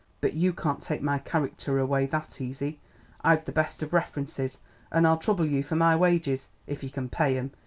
but you can't take my character away that easy i've the best of references an' i'll trouble you for my wages if you can pay em.